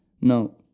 no